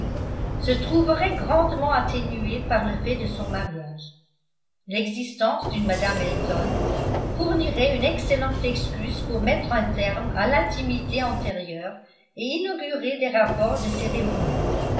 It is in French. se trouverait grandement atténué par le fait de son mariage l'existence d'une mme elton fournirait une excellente excuse pour mettre un terme à l'intimité antérieure et inaugurer des rapports de cérémonie